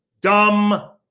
Dumb